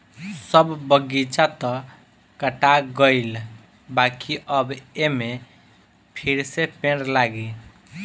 सब बगीचा तअ काटा गईल बाकि अब एमे फिरसे पेड़ लागी